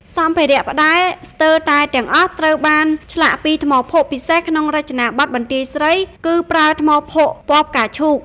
សម្ភារៈ ផ្តែរស្ទើរតែទាំងអស់ត្រូវបានឆ្លាក់ពី ថ្មភក់ ពិសេសក្នុងរចនាបថបន្ទាយស្រី គឺប្រើថ្មភក់ពណ៌ផ្កាឈូក។